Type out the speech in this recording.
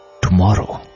tomorrow